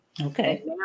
Okay